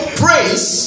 praise